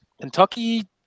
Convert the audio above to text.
Kentucky